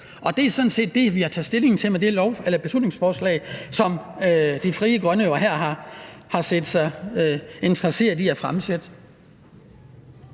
Og det er sådan set det, vi har taget stilling til med det beslutningsforslag, som Frie Grønne her har været interesseret i at fremsætte.